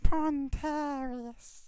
Pontarius